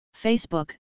Facebook